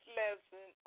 lesson